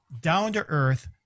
down-to-earth